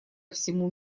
всему